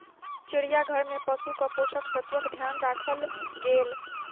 चिड़ियाघर में पशुक पोषक तत्वक ध्यान राखल गेल